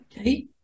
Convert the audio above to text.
Okay